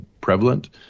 prevalent